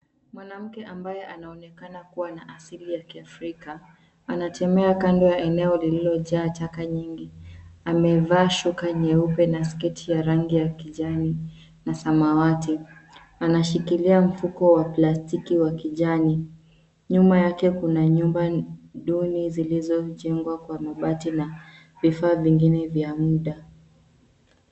Mwanamke ambaye anaonekana kuwa na asili ya kiafrika; anatembea kando ya eneo lililojaa taka nyingi. Amevaa shuka nyeupe na sketi ya rangi ya kijani na samawati. Anashikilia mfuko wa plastiki wa kijani. Nyuma yake kuna nyumba duni zilizojengwa kwa mabati na vifaa vingine vya muda.